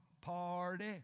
Party